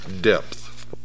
depth